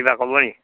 কিবা ক'ব নেকি